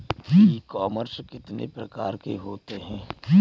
ई commerce कितने प्रकार के होते हैं?